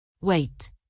Wait